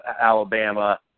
Alabama